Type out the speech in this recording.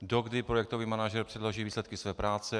Dokdy projektový manažer předloží výsledky své práce?